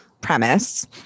premise